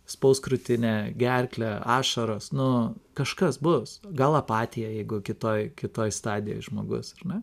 spaus krūtinę gerklę ašaros nu kažkas bus gal apatija jeigu kitoj kitoj stadijoj žmogus ar ne